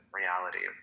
reality